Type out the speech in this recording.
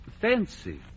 Fancy